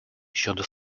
щодо